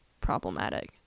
problematic